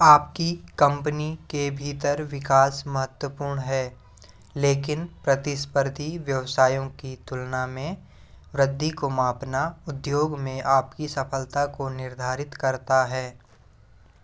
आपकी कम्पनी के भीतर विकास महत्वपूर्ण है लेकिन प्रतिस्पर्धी व्यवसायों की तुलना में वृद्धि को मापना उद्योग में आपकी सफलता को निर्धारित करता है